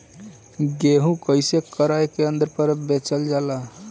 गेहू कैसे क्रय केन्द्र पर बेचल जाला?